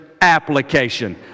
application